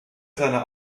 seiner